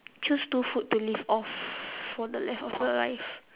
choose two food to live off for the rest of your life